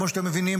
כמו שאתם מבינים,